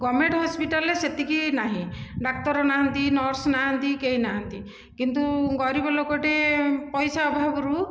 government ହସ୍ପିଟାଲରେ ସେତିକି ନାହିଁ ଡାକ୍ତର ନାହାନ୍ତି ନର୍ସ ନାହାନ୍ତି କେହି ନାହାନ୍ତି କିନ୍ତୁ ଗରିବ ଲୋକଟେ ପଇସା ଅଭାବରୁ